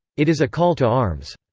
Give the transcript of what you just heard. it is a call to arms.